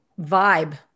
vibe